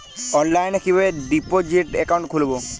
অনলাইনে কিভাবে deposit account খুলবো?